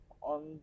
on